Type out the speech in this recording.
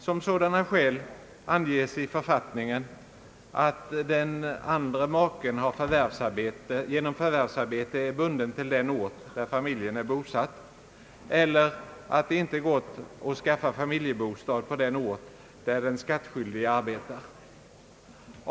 Som sådana skäl anges i författningen att den andra maken av förvärvsarbete är bunden till den ort där familjen är bosatt eller att det inte går att skaffa familjebostad på den ort där den skatt skyldige arbetar.